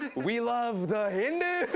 we love the hindus!